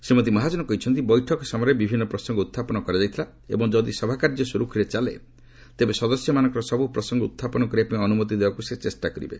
ଶ୍ରୀମତୀ ମହାଟ୍ଟନ କହିଛନ୍ତି ବୈଠକ ସମୟରେ ବିଭିନ୍ନ ପ୍ରସଙ୍ଗ ଉହ୍ଚାପନ କରାଯାଇଥିଲା ଏବଂ ଯଦି ସଭାକାର୍ଯ୍ୟ ସୁରୁଖୁରୁରେ ଚାଲେ ତେବେ ସଦସ୍ୟମାନଙ୍କର ସବୁ ପ୍ରସଙ୍ଗ ଉହ୍ଚାପନ କରିବା ପାଇଁ ଅନୁମତି ଦେବାକୁ ସେ ଚେଷ୍ଟା କରିବେ